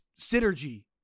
synergy